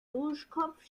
duschkopf